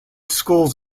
schools